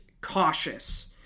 cautious